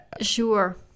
sure